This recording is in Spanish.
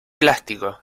plástico